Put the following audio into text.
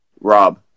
Rob